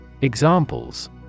Examples